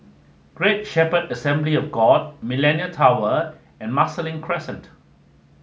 Great Shepherd Assembly of God Millenia Tower and Marsiling Crescent